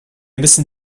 müssen